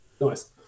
nice